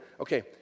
Okay